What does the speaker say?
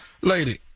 Lady